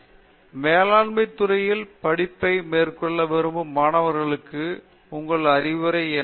பேராசிரியர் பிரதாப் ஹரிதாஸ் மேலாண்மை துறையில் மேற்படிப்பை மேற்கொள்ள விரும்பும் மாணவர்களுக்கான அறிவுரை என்ன